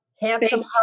handsome